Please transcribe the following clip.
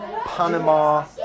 Panama